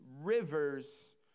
rivers